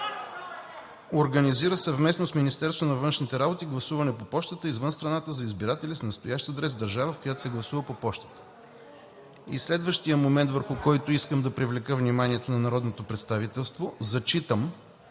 организира съвместно с Министерство на външните работи гласуване по пощата извън страната за избиратели с настоящ адрес в държава, в която се гласува по пощата“. И следващият момент, върху който искам да привлека вниманието на народното представителство – зачитам